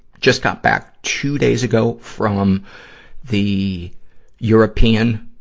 just got back two days ago from the european,